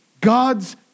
God's